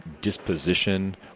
disposition